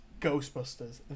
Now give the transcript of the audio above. Ghostbusters